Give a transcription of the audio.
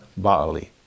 Baali